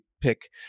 pick